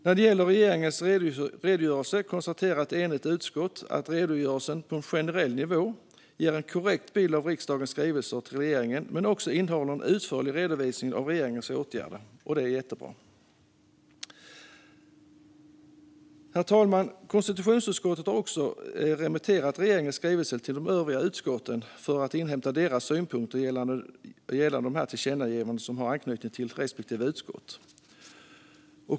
När det gäller regeringens redogörelse konstaterar ett enigt utskott att redogörelsen på en generell nivå ger en korrekt bild av riksdagens skrivelser till regeringen men också innehåller en utförlig redovisning av regeringens åtgärder, vilket är jättebra. Herr talman! Konstitutionsutskottet har också remitterat regeringens skrivelse till de övriga utskotten för att inhämta deras synpunkter gällande de tillkännagivanden som har anknytning till respektive utskott.